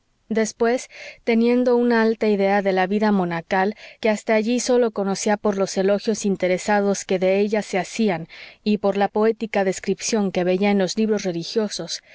después teniendo una alta idea de la vida monacal que hasta allí sólo conocía por los elogios interesados que de ella se hacían y por la poética descripción que veía en los libros religiosos